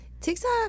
TikTok